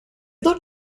not